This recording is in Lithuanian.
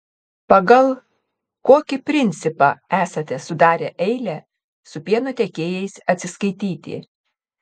pagal kokį principą esate sudarę eilę su pieno tiekėjais atsiskaityti